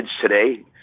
today